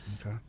Okay